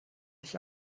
nicht